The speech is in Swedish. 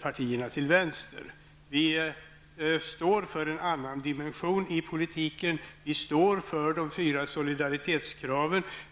partier till vänster. Vi står för en annan dimension i politiken. Vi står för de fyra solidaritetskraven.